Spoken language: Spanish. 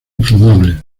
inflamable